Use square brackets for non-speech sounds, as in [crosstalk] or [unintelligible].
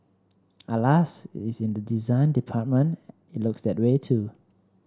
alas [unintelligible] in the design department it looks that way too